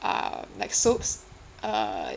uh like soaps uh